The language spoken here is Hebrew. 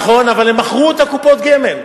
נכון, אבל הם מכרו את קופות הגמל.